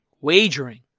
wagering